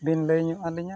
ᱵᱤᱱ ᱞᱟᱹᱭ ᱧᱚᱜ ᱟᱹᱞᱤᱧᱟ